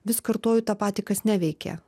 vis kartoju tą patį kas neveikia